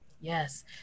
Yes